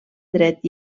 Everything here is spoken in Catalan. dret